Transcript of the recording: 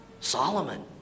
Solomon